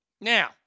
Now